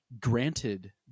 granted